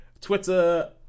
Twitter